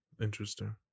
Interesting